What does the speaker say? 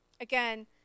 again